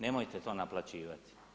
Nemojte to naplaćivati.